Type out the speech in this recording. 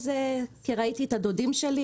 כי ראיתי את הדודים שלי